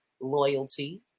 loyalty